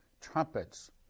trumpets